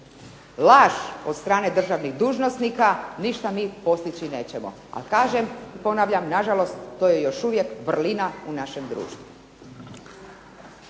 laž od strane državnih dužnosnika ništa mi postići nećemo. A kažem i ponavljam na žalost to je još uvijek vrlina u našem društvu.